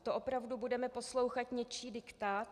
To opravdu budeme poslouchat něčí diktát?